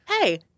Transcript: hey